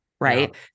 right